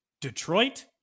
Detroit